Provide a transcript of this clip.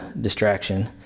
distraction